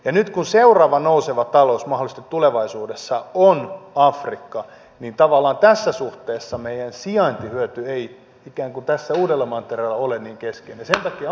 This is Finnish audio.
ja nyt kun seuraava nouseva talous tulevaisuudessa mahdollisesti on afrikka niin tavallaan tässä suhteessa meidän sijaintihyötymme ei ikään kuin uudella mantereella ole niin keskeinen ja sen takia on tärkeätä että me luomme myös yhteyksiä